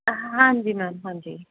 ਹਾਂਜੀ ਮੈਮ ਹਾਂਜੀ